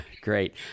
Great